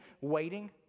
waiting